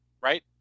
right